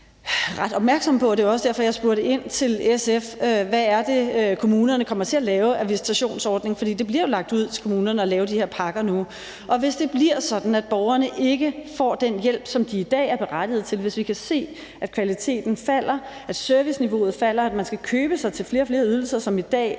vi er ret opmærksomme på. Det var også derfor, jeg spurgte ind til SF og spurgte, hvad det er, kommunerne kommer til at lave af visitationsordning, for det bliver jo lagt ud til kommunerne at lave de her pakker nu. Og hvis det bliver sådan, at borgerne ikke får den hjælp, som de i dag er berettiget til, og hvis vi kan se, at kvaliteten alder, at serviceniveauet falder, at man skal købe sig til flere og flere ydelser, som i dag